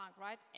right